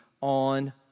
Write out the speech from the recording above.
on